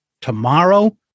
tomorrow